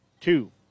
two